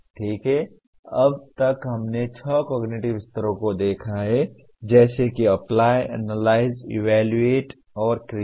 ठीक है अब तक हमने छह कॉगनिटिव स्तरों को देखा है जैसे कि अप्लाई एनालाइज इवैल्यूएट और क्रिएट